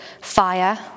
fire